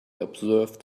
observed